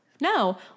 No